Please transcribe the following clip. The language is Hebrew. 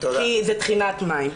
כי זו טחינת מים.